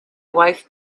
wife